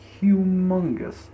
humongous